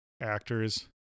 actors